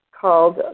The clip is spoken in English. called